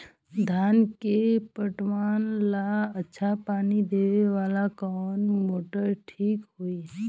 धान के पटवन ला अच्छा पानी देवे वाला कवन मोटर ठीक होई?